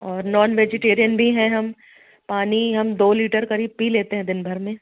और non vegetarian भी हैं हम पानी हम दो लीटर क़रीब पी लेते हैं दिन भर में